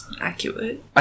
Accurate